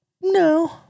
No